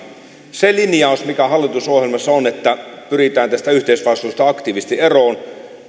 siinä linjauksessahan mikä hallitusohjelmassa on että pyritään tästä yhteisvastuusta aktiivisesti eroon